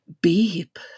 Beep